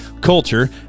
culture